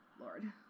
Lord